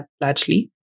largely